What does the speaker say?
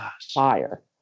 fire